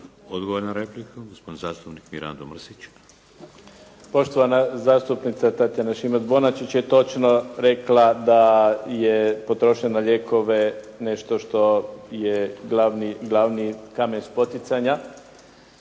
Odgovor na repliku. Gospodin zastupnik Mirando Mrsić. **Mrsić, Mirando (SDP)** Poštovana zastupnica Tatjana Šimac-Bonačić je točno rekla da je potrošnja na lijekove nešto što je glavni kamen spoticanja.